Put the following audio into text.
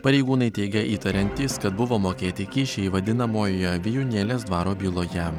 pareigūnai teigia įtariantys kad buvo mokėti kyšiai vadinamojoje vijūnėlės dvaro byloje